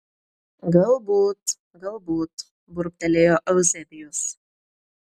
galbūt galbūt burbtelėjo euzebijus